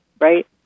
right